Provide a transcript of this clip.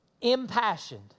impassioned